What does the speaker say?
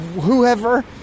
whoever